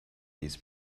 his